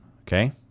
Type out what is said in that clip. okay